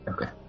Okay